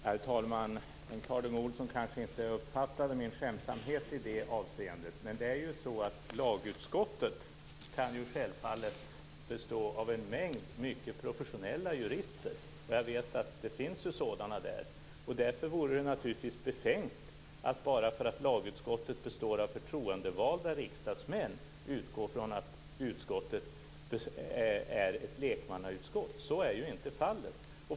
Herr talman! Bengt Harding Olson kanske inte uppfattade min skämtsamhet i det avseendet. Lagutskottet kan självfallet bestå av en mängd mycket professionella jurister - jag vet också att det finns sådana där. Därför vore det naturligtvis befängt att bara därför att lagutskottet består av förtroendevalda riksdagsmän utgå från att utskottet är ett lekmannautskott. Så är ju inte fallet.